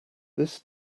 this